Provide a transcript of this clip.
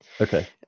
Okay